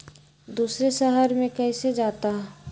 दूसरे शहर मे कैसे जाता?